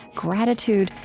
gratitude,